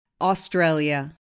Australia